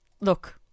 look